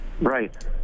Right